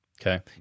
Okay